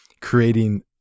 creating